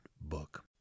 book